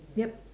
yup